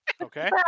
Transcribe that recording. Okay